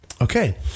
Okay